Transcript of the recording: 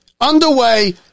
Underway